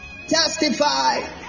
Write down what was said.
Testify